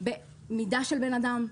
במידה של בן-אדם,